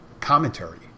Commentary